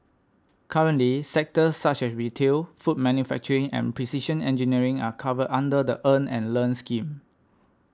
currently sectors such as retail food manufacturing and precision engineering are covered under the Earn and Learn scheme